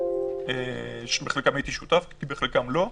שבחלקן הייתי שותף ובחלקן לא,